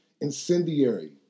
Incendiary